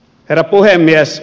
herra puhemies